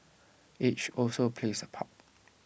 age also plays A part